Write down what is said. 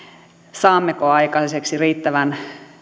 saammeko aikaiseksi riittävän